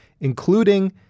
including